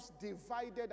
divided